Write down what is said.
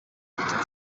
umukino